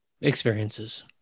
experiences